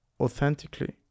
authentically